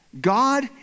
God